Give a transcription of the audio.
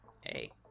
hey